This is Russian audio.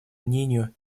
мнению